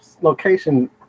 location